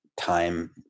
time